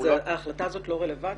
ההחלטה הזאת לא רלוונטית?